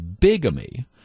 bigamy